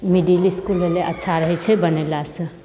middle school होलै अच्छा रहैत छै बनेलासँ